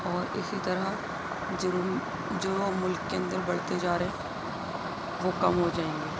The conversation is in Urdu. اور اسی طرح جرم جو ملک کے اندر بڑھتے جا رہے وہ کم ہو جائیں گے